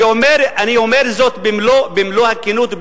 אני אומר זאת במלוא הכנות.